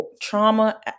Trauma